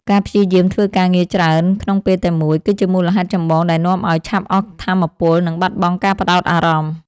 ការព្យាយាមធ្វើការងារច្រើនក្នុងពេលតែមួយ គឺជាមូលហេតុចម្បងដែលនាំឱ្យឆាប់អស់ថាមពល និងបាត់បង់ការផ្ដោតអារម្មណ៍។